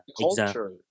culture